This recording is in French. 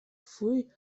fouille